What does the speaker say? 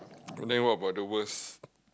and then what about the worse